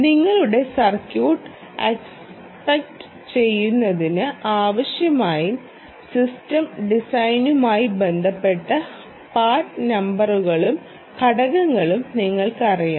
നിങ്ങളുടെ circuit accept ചെയ്യുന്നതിന് ആവശ്യമായ സിസ്റ്റം ഡിസൈനുമായി ബന്ധപ്പെട്ട പാർട്ട് നമ്പറുകളും ഘടകങ്ങളും നിങ്ങൾക്കറിയാം